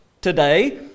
today